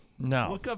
No